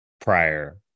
prior